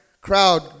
crowd